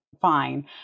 fine